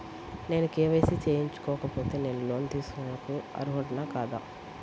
నేను కే.వై.సి చేయించుకోకపోతే నేను లోన్ తీసుకొనుటకు అర్హుడని కాదా?